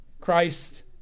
Christ